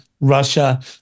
Russia